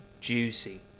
juicy